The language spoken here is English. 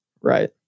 Right